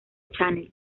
chanel